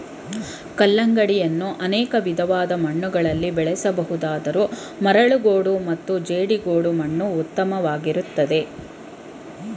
ಕಲ್ಲಂಗಡಿಯನ್ನು ಅನೇಕ ವಿಧವಾದ ಮಣ್ಣುಗಳಲ್ಲಿ ಬೆಳೆಸ ಬಹುದಾದರೂ ಮರಳುಗೋಡು ಮತ್ತು ಜೇಡಿಗೋಡು ಮಣ್ಣು ಉತ್ತಮವಾಗಯ್ತೆ